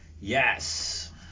yes